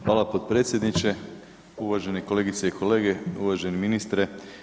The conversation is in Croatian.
Hvala potpredsjedniče, uvaženi kolegice i kolege, uvaženi ministre.